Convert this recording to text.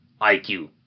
IQ